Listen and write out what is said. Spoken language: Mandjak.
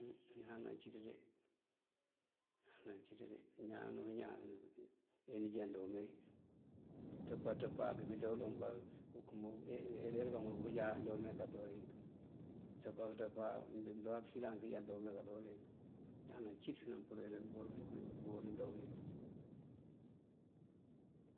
Ñaan naŋ cíţ de, ñaan naŋ cíţ de. Ñaan o ñaan anëjá ndoon mee këţëp aţëpáa kebijá uloŋ erer kamobu këjá áa ndoon me kadoolink. këţëp këţëpáa mëmbí mëndo akësidan kajá ndoon mee kadoolink. Ñaan cíţ nampuriri pëbur ndoon mee.